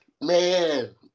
man